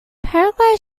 paraguay